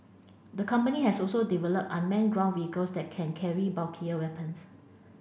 the company has also developed unmanned ground vehicles that can carry bulkier weapons